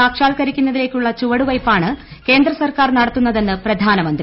സാക്ഷാത്കരിക്കുന്നാതിലേക്കുള്ള ചുവടുവയ്പ്പാണ് കേന്ദ്ര സർക്കാർ നടത്തുന്നതെന്ന് പ്രധാനമന്ത്രി